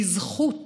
בזכות